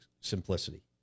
simplicity